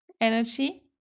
energy